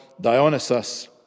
Dionysus